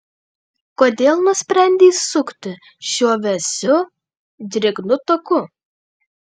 kodėl nusprendei sukti šiuo vėsiu drėgnu taku